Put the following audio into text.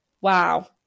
Wow